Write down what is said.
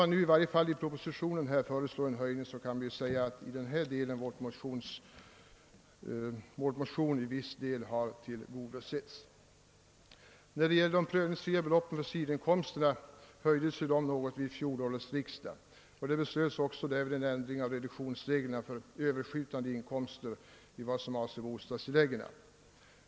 När det i propositionen föreslås en höjning av förmögenhetsgränserna kan man säga att vår motion i viss utsträckning tillgodosetts. De prövningsfria beloppen för sidoinkomsterna höjdes något vid fjolårets riksdag, och det beslöts också en ändring av reduktionsreglerna för Ööverskjutande inkomster i vad avser bostadstilläggen.